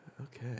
Okay